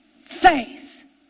Faith